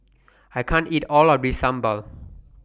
I can't eat All of This Sambal